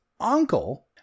uncle